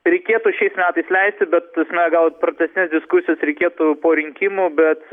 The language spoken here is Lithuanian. reikėtų šiais metais leisti bet na gal pratęsinės diskusijos reikėtų po rinkimų bet